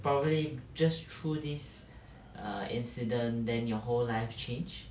probably just through this err incident then your whole life change